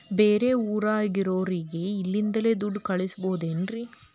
ಬೇರೆ ಊರಾಗಿರೋರಿಗೆ ಇಲ್ಲಿಂದಲೇ ದುಡ್ಡು ಕಳಿಸ್ಬೋದೇನ್ರಿ?